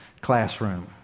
classroom